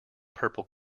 purple